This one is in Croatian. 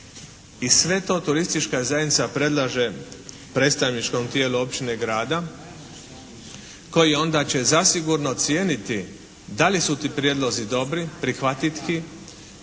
I sve to turistička zajednica predlaže predstavničkom tijelu općine grada koji onda će zasigurno cijeniti da li su ti prijedlozi dobri? Prihvatiti